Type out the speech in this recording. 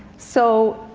so,